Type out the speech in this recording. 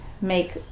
make